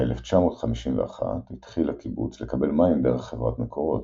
ב-1951 התחיל הקיבוץ לקבל מים דרך חברת מקורות,